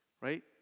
right